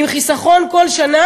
עם חיסכון כל שנה,